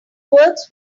works